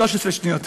13 שניות.